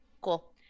cool